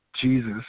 Jesus